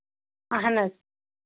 اَہن حظ